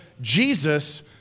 Jesus